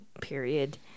Period